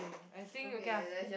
I think okay ah